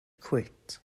quit